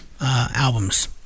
albums